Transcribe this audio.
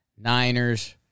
Niners